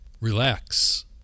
relax